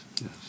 yes